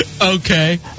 okay